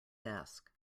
desk